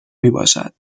میباشد